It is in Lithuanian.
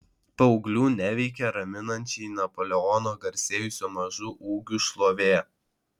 paauglių neveikia raminančiai napoleono garsėjusio mažu ūgiu šlovė